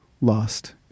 lost